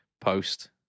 post